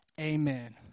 Amen